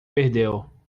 perdeu